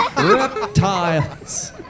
Reptiles